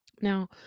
now